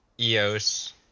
Eos